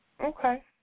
Okay